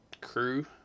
crew